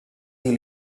eel